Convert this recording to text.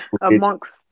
Amongst